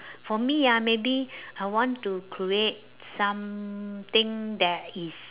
for me ah maybe I want to create something that is